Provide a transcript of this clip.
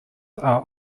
are